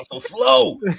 flow